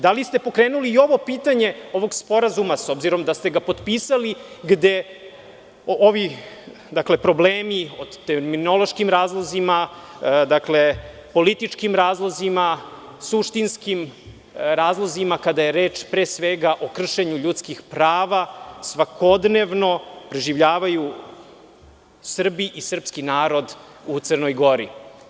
Da li ste pokrenuli i ovo pitanje ovog sporazuma, s obzirom da ste ga potpisali gde ovi, dakle problemi o terminološkim razlozima, političkim razlozima, suštinskim razlozima kada je reč pre svega o kršenju ljudskih prava koje svakodnevno preživljavaju Srbi i srpski narod u Crnoj Gordi?